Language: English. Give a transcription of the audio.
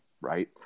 Right